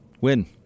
win